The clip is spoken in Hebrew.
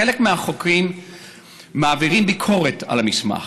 חלק מהחוקרים מעבירים ביקורת על המסמך,